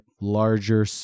larger